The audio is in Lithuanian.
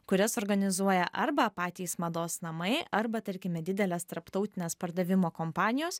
kurias organizuoja arba patys mados namai arba tarkime didelės tarptautinės pardavimo kompanijos